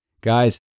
Guys